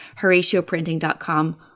HoratioPrinting.com